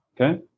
Okay